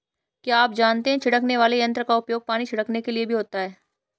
क्या आप जानते है छिड़कने वाले यंत्र का उपयोग पानी छिड़कने के लिए भी होता है?